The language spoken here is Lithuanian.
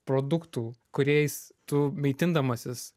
produktų kuriais tu maitindamasis